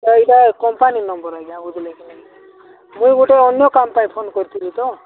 ଏଇଟା company number ଆଜ୍ଞା ବୁଝିଲେ କି ନାଇଁ ମୁଇଁ ଗୋଟେ ଅନ୍ୟ କାମ୍ ପାଇଁ ଫୋନ୍ କରିଥିଲି ତ